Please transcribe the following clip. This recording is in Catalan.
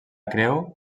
creu